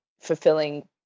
fulfilling